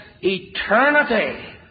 Eternity